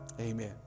Amen